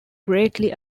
greatly